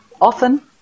often